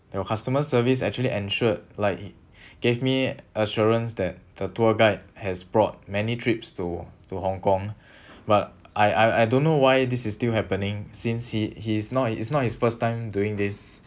your customer service actually ensured like gave me assurance that the tour guide has brought many trips to to hong kong but I I I don't know why this is still happening since he he is not it's not his first time doing this